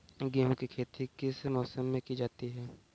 गेहूँ की खेती किस मौसम में की जाती है?